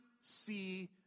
see